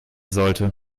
sollte